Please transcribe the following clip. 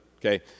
okay